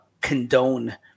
condone